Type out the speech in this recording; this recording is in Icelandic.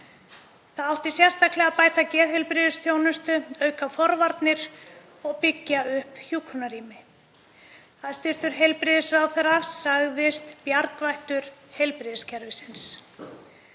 Það átti sérstaklega að bæta geðheilbrigðisþjónustu, auka forvarnir og byggja upp hjúkrunarrými. Hæstv. heilbrigðisráðherra sagðist bjargvættur heilbrigðiskerfisins.